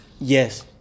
Yes